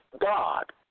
God